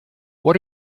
what